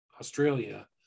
australia